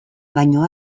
baino